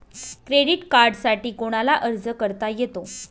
Credit कार्डसाठी कोणाला अर्ज करता येतो?